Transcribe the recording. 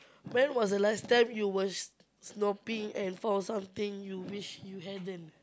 when was the last time you were snooping and found something you wish you hadn't